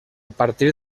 partir